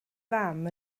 fam